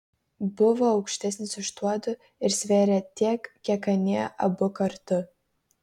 buvo aukštesnis už tuodu ir svėrė tiek kiek anie abu kartu